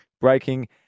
breaking